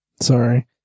Sorry